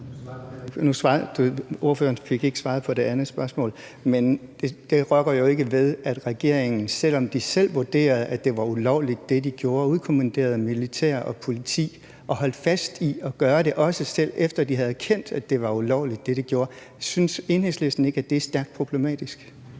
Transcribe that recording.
Ordføreren fik ikke svaret på det andet spørgsmål. Men det rokker jo ikke ved, at regeringen, selv om de selv vurderede, at det, de gjorde, var ulovligt, udkommanderede militær og politi og holdt fast i at gøre det, også selv efter de havde erkendt, at det, de gjorde, var ulovligt. Synes Enhedslisten ikke, at det er stærkt problematisk?